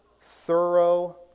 thorough